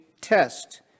test